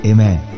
Amen